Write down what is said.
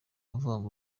avanga